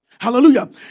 Hallelujah